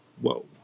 whoa